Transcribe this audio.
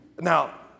now